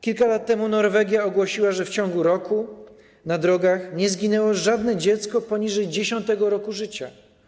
Kilka lat temu Norwegia ogłosiła, że w ciągu roku na drogach nie zginęło żadne dziecko poniżej 10. roku życia.